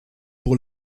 pour